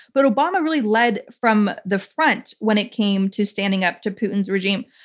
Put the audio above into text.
but obama really led from the front when it came to standing up to putin's regime.